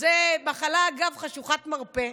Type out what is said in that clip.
זו גם מחלה חשוכת מרפא.